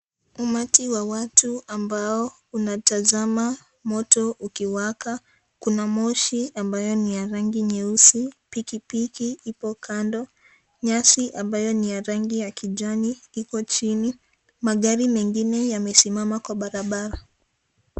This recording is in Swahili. Umati wa watu ambao unatazama moto ukiwaka, kuna moshi ambayo ni ya rangi nyeusi, pikipiki ipo kando, nyasi ambayo ni ya rangi ya kijani iko chini, magari mengine yamesimama kwa barabara.